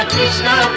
Krishna